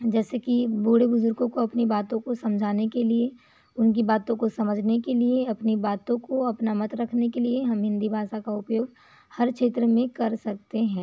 जैसे कि बूढ़े बुज़ुर्गों को अपनी बातों को समझाने के लिए उनकी बातों को समझने के लिए अपनी बातों को अपना मत रखने के लिए हम हिंदी भाषा का उपयोग हर क्षेत्र में कर सकते हैं